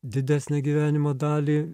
didesnę gyvenimo dalį